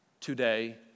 today